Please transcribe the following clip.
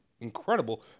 incredible